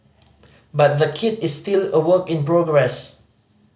but the kit is still a work in progress